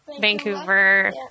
Vancouver